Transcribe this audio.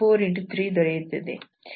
3 ದೊರೆಯುತ್ತದೆ